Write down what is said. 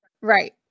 right